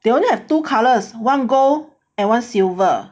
they only have two colours one gold and one silver